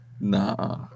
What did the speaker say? Nah